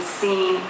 seen